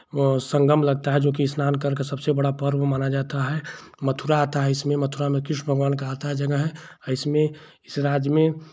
वो संगम लगता है जोकि स्नान करके सबसे बड़ा पर्व माना जाता है मथुरा आता है इसमें मथुरा में कृष्ण भगवान का आता है जगह है आ इसमें इस राज्य में